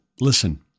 Listen